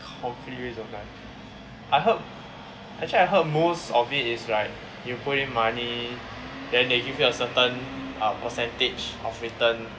complete waste of time I heard actually I heard most of it is like you put in money then they give you a certain uh percentage of return